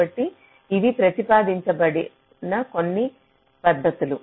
కాబట్టి ఇవి ప్రతిపాదించబడిన కొన్ని పద్ధతులు